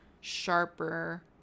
sharper